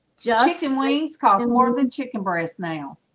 just and wings coffee more than chicken breast now.